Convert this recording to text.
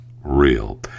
real